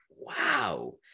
wow